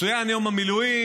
צוין יום המילואים,